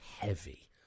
heavy